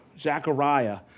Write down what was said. Zechariah